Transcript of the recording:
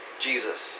Jesus